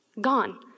gone